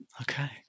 Okay